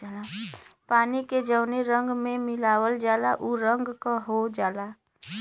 पानी के जौने रंग में मिलावल जाला उ रंग क हो जाला